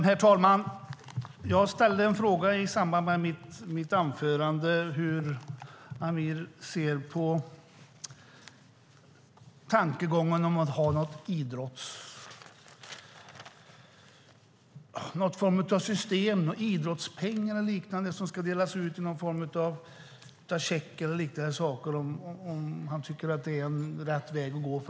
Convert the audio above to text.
Herr talman! Jag ställde en fråga i samband med mitt anförande: Hur ser Amir på tankegången att ha någon sorts system med idrottspengar som skulle delas ut i form av en check eller liknande? Tycker han att det är rätt väg att gå?